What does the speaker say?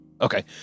Okay